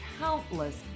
countless